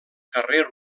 carrer